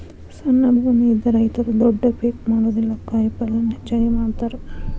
ಸಣ್ಣ ಭೂಮಿ ಇದ್ದ ರೈತರು ದೊಡ್ಡ ಪೇಕ್ ಮಾಡುದಿಲ್ಲಾ ಕಾಯಪಲ್ಲೇನ ಹೆಚ್ಚಾಗಿ ಮಾಡತಾರ